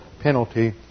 penalty